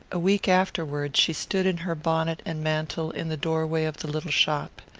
a week afterward she stood in her bonnet and mantle in the doorway of the little shop.